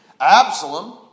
Absalom